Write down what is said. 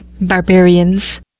Barbarians